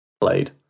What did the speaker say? played